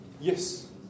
Yes